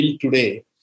today